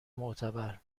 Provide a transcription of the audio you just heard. معتبر